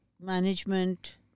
management